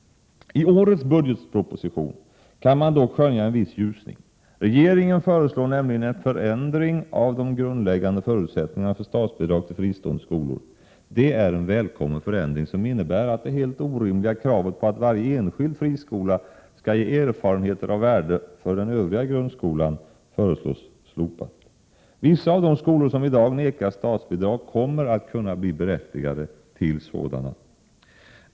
I årets budgetproposition kan man dock skönja en viss ljusning. Regeringen föreslår nämligen en förändring av de grundläggande förutsättningarna för statsbidrag till fristående skolor. Detta är en välkommen förändring som innebär att det helt orimliga kravet på att varje enskild friskola skall ge erfarenheter av värde för den övriga grundskolan, föreslås slopat. Vissa av de skolor som i dag nekas statsbidrag kommer att kunna bli berättigade till sådana.